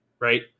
right